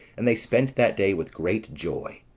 and they spent that day with great joy.